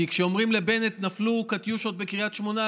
כי כשאומרים לבנט "נפלו קטיושות בקריית שמונה",